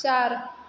चार